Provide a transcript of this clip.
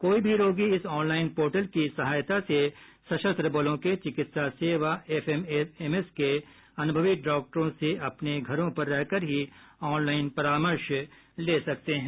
कोई भी रोगी इस ऑनलाइन पोर्टल की सहायता से सशस्त्र बलों के चिकित्सा सेवा एएफएमएस के अनुभवी डॉक्टरों से अपने घरों पर रह कर ही ऑनलाइन परामर्श ले सकते हैं